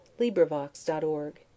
LibriVox.org